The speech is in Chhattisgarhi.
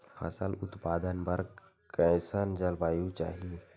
फसल उत्पादन बर कैसन जलवायु चाही?